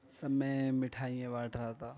سب میں مٹھائیاں بانٹ رہا تھا